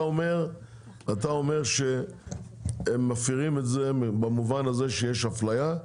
אתה אומר שהם מפירים את זה במובן הזה שיש אפליה,